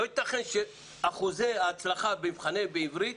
לא ייתכן שאחוזי ההצלחה במבחנים בעברית